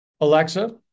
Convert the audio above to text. Alexa